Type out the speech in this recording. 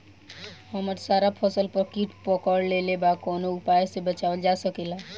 हमर सारा फसल पर कीट पकड़ लेले बा कवनो उपाय से बचावल जा सकेला?